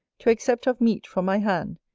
to accept of meat from my hand,